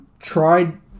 tried